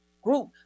Group